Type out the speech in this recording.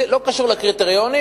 לא קשור לקריטריונים,